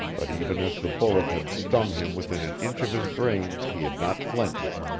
but even as the bullet had stung him within an inch of his brain he had not flinched.